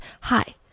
hi